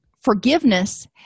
Forgiveness